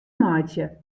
meitsje